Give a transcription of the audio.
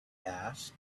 asked